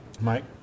Mike